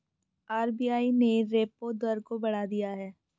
RBI ने repo दर को बढ़ा दिया है